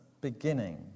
beginning